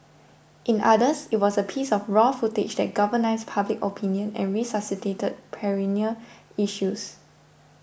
in others it was a piece of raw footage that galvanised public opinion and resuscitated perennial issues